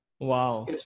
Wow